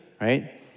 right